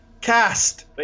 Cast